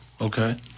Okay